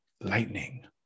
lightning